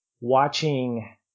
watching